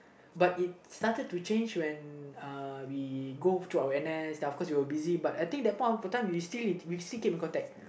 but it started to change when uh we go through our N_S then of course we were busy but I think that point of time we still we still keep in contact